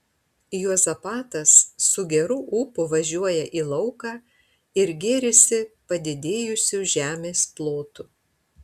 juozapatas su geru ūpu važiuoja į lauką ir gėrisi padidėjusiu žemės plotu